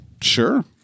sure